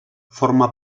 forma